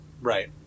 Right